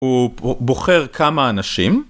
הוא בוחר כמה אנשים.